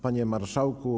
Panie Marszałku!